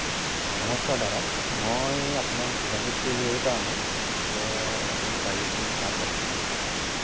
নমস্কাৰ দাদা মই আপোনাক যোগাযোগ কৰিলোঁ এইকাৰণে যে মোক গাড়ী এখন ভাড়াত লাগিছিলে